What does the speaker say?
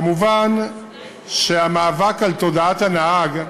כמובן, המאבק על תודעת הנהג,